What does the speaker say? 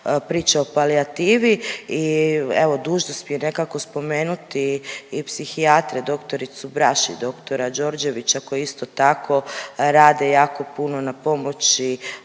priče o palijativi i evo, dužni smo nekako i spomenuti i psihijatre, dr. Braš i dr. Đorđevića koji isto tako, rade jako puno na pomoći